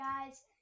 guys